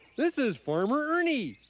this is farmer ernie.